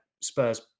Spurs